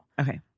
okay